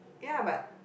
ya but